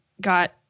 got